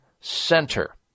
Center